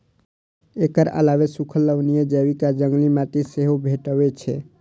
एकर अलावे सूखल, लवणीय, जैविक आ जंगली माटि सेहो भेटै छै